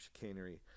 chicanery